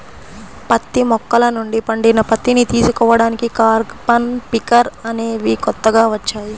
పత్తి మొక్కల నుండి పండిన పత్తిని తీసుకోడానికి కాటన్ పికర్ అనేవి కొత్తగా వచ్చాయి